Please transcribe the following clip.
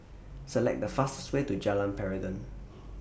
Select The fastest Way to Jalan Peradun